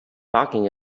talking